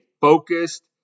focused